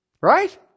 Right